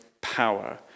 power